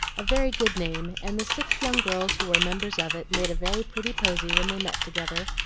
a very good name, and the six young girls who were members of it made a very pretty posy when they met together,